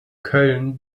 köln